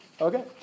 Okay